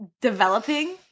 developing